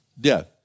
death